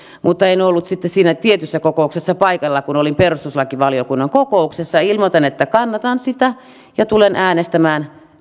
mutta en ollut sitten siinä tietyssä kokouksessa paikalla kun olin perustuslakivaliokunnan kokouksessa ilmoitan että kannatan sitä ja tulen äänestämään